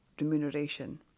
remuneration